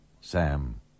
Sam